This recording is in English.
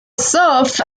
served